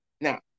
Now